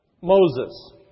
Moses